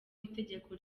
itegeko